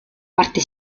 parte